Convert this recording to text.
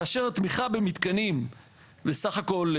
כאשר התמיכה במתקנים בסך הכול,